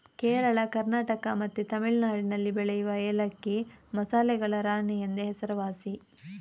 ಕೇರಳ, ಕರ್ನಾಟಕ ಮತ್ತೆ ತಮಿಳುನಾಡಿನಲ್ಲಿ ಬೆಳೆಯುವ ಏಲಕ್ಕಿ ಮಸಾಲೆಗಳ ರಾಣಿ ಎಂದೇ ಹೆಸರುವಾಸಿ